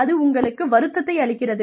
அது உங்களுக்கு வருத்தத்தை அளிக்கிறது